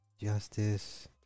Justice